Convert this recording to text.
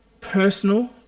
personal